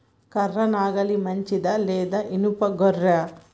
కర్ర నాగలి మంచిదా లేదా? ఇనుప గొర్ర?